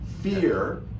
Fear